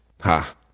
Ha